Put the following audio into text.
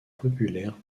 populaire